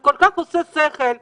כל כך עושה שכל.